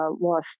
lost